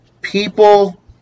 people